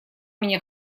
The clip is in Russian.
меня